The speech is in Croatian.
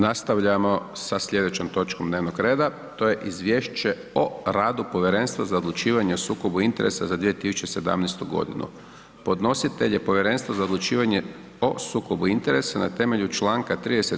Nastavljamo sa slijedećom točkom dnevnog reda, to je: - Izvješće o radu povjerenstva za odlučivanje o sukobu interesa za 2017.g. Podnositelj je Povjerenstvo za odlučivanje o sukobu interesa na temelju čl. 30.